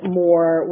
more